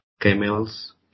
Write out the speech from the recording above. camels